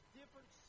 different